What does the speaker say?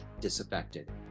disaffected